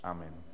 Amen